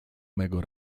mego